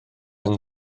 yng